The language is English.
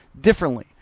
differently